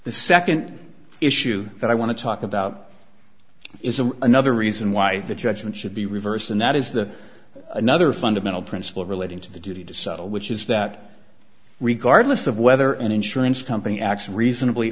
the second issue that i want to talk about is a another reason why the judgment should be reversed and that is the another fundamental principle relating to the duty to settle which is that regardless of whether an insurance company acts reasonably